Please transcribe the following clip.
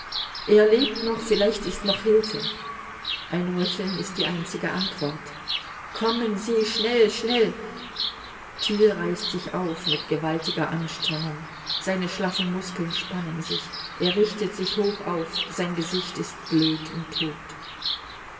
er lebt noch vielleicht ist noch hilfe ein röcheln ist die einzige antwort kommen sie schnell schnell thiel reißt sich auf mit gewaltiger anstrengung seine schlaffen muskeln spannen sich er richtet sich hoch auf sein gesicht ist blöd und tot